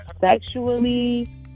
Sexually